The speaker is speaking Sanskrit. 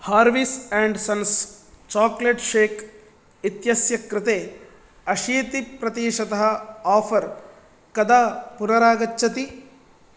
Harveys and sons chocolate shake इत्यस्य कृते अशीतिप्रतिशतम् आफर् कदा पुनरागच्छति